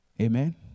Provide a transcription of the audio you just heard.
Amen